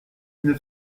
neuf